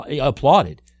applauded